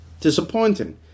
disappointing